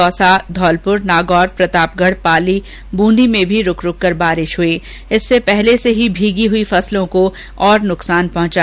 दौसा चूरू धौलपुर नागौर प्रतापगढ़ पाली ब्रंदी में भी रूक रूक कर बरसात हुई जिससे पहले से ही भीगी हुई फसल को और नुकसान पहुंचा